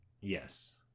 Yes